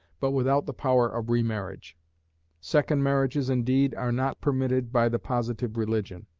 but without the power of re-marriage. second marriages, indeed, are not permitted by the positive religion.